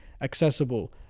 accessible